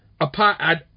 apart